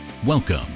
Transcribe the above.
Welcome